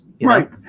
Right